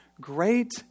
great